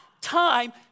time